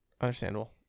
Understandable